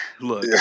Look